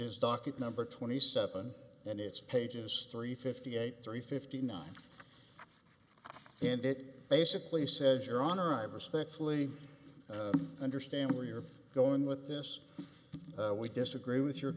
is docket number twenty seven and it's pages three fifty eight three fifty nine and it basically says your honor i've respectfully understand where you're going with this we disagree with your